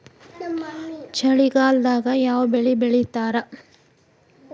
ಚಳಿಗಾಲದಾಗ್ ಯಾವ್ ಬೆಳಿ ಬೆಳಿತಾರ?